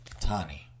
Tani